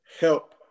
help